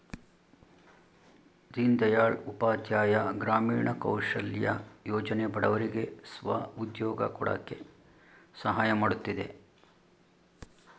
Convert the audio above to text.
ದೀನ್ ದಯಾಳ್ ಉಪಾಧ್ಯಾಯ ಗ್ರಾಮೀಣ ಕೌಶಲ್ಯ ಯೋಜನೆ ಬಡವರಿಗೆ ಸ್ವ ಉದ್ಯೋಗ ಕೊಡಕೆ ಸಹಾಯ ಮಾಡುತ್ತಿದೆ